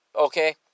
okay